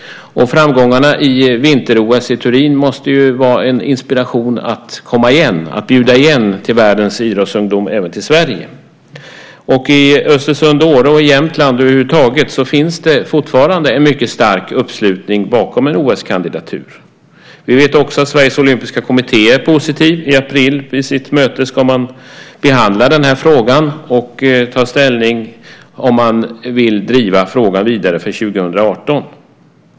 Framgångarna i vinter-OS i Turin måste vara en inspiration att komma igen och att bjuda igen världens idrottsungdom även till Sverige. I Östersund, Åre och i Jämtland över huvud taget finns det fortfarande en mycket stark uppslutning bakom en OS-kandidatur. Vi vet också att Sveriges Olympiska Kommitté är positiv. Vid sitt möte i april ska man behandla frågan och ta ställning till om man vill driva den vidare för 2018.